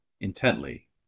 intently